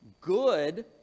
good